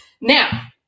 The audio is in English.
Now